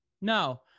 no